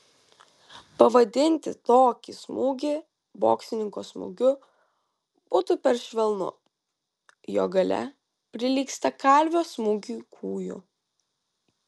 pavadinti tokį smūgį boksininko smūgiu būtų per švelnu jo galia prilygsta kalvio smūgiui kūju